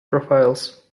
profiles